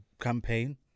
campaign